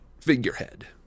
figurehead